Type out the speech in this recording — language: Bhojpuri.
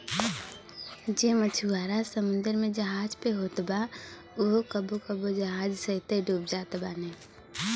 जे मछुआरा समुंदर में जहाज पे होत बा उहो कबो कबो जहाज सहिते डूब जात बाने